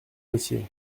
métier